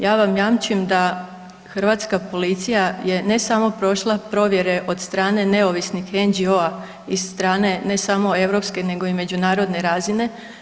Ja vam jamčim da hrvatska policija je, ne samo prošla provjere od strane neovisnih NGO-a i strane ne samo europske, nego i međunarodne razine.